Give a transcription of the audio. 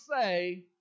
say